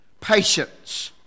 Patience